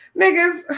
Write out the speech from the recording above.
niggas